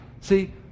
see